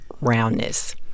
roundness